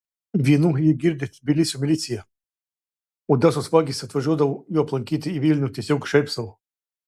vynu jį girdė tbilisio milicija odesos vagys atvažiuodavo jo aplankyti į vilnių tiesiog šiaip sau